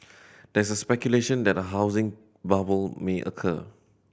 there is speculation that a housing bubble may occur